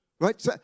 right